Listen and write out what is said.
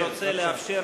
באמצע.